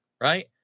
right